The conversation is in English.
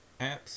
apps